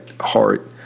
heart